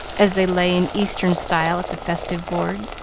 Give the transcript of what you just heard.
as they lay in eastern style at the festive board.